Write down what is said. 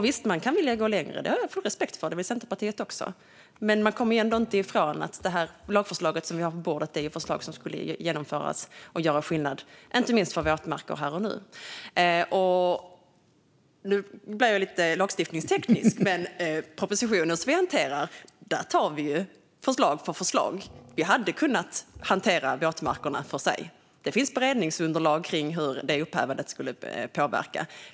Visst kan man vilja gå längre. Det har jag full respekt för. Det vill Centerpartiet också. Men man kommer ändå inte ifrån att det lagförslag som vi har på bordet innehåller förslag som om de genomfördes skulle göra skillnad inte minst för våtmarker här och nu. Nu blir jag lite lagstiftningsteknisk, men i propositionen tar vi förslag för förslag. Vi hade kunnat hantera våtmarkerna för sig. Det finns beredningsunderlag kring hur detta upphävande skulle påverka.